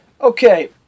Okay